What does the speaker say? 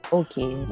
okay